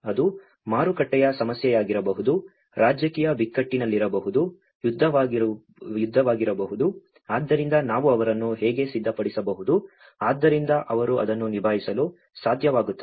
ಅದು ಮಾರುಕಟ್ಟೆಯ ಸಮಸ್ಯೆಯಾಗಿರಬಹುದು ರಾಜಕೀಯ ಬಿಕ್ಕಟ್ಟಿನಲ್ಲಿರಬಹುದು ಯುದ್ಧವಾಗಿರಬಹುದು ಆದ್ದರಿಂದ ನಾವು ಅವರನ್ನು ಹೇಗೆ ಸಿದ್ಧಪಡಿಸಬಹುದು ಆದ್ದರಿಂದ ಅವರು ಅದನ್ನು ನಿಭಾಯಿಸಲು ಸಾಧ್ಯವಾಗುತ್ತದೆ